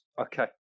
okay